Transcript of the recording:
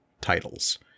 titles